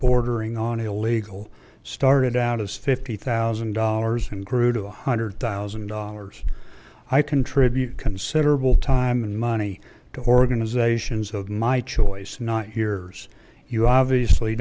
bordering on illegal started out as fifty thousand dollars and grew to one hundred thousand dollars i contribute considerable time and money to organizations of my choice not yours you obviously